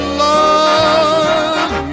love